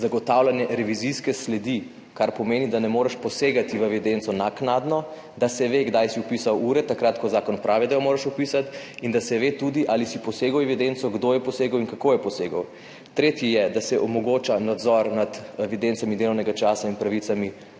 zagotavljanje revizijske sledi, kar pomeni, da ne moreš naknadno posegati v evidenco, da se ve, kdaj si vpisal ure, takrat, ko zakon pravi, da jih moraš vpisati, in da se tudi ve, ali si posegel v evidenco, kdo je posegel in kako je posegel. Tretji razlog je, da se omogoča nadzor nad evidencami delovnega časa in pravicami